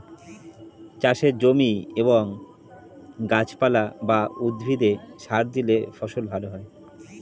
চাষের জমি এবং গাছপালা বা উদ্ভিদে সার দিলে ফসল ভালো হয়